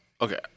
Okay